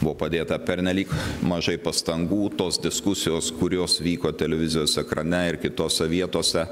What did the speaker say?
buvo padėta pernelyg mažai pastangų tos diskusijos kurios vyko televizijos ekrane ir kitose vietose